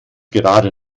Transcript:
gerade